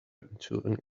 into